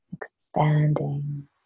expanding